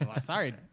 Sorry